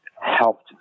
helped